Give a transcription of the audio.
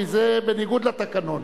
כי זה בניגוד לתקנון.